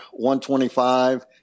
125